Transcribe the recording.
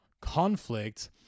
conflict